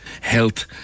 health